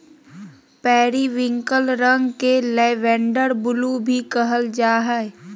periwinkle रंग के lavender blue भी कहल जा हइ